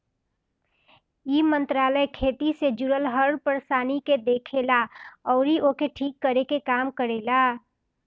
इ मंत्रालय खेती से जुड़ल हर परेशानी के देखेला अउरी ओके ठीक करे के काम करेला